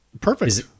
Perfect